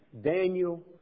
Daniel